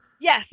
Yes